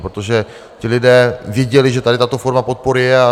Protože ti lidé viděli, že tady tato forma podpory je.